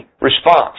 response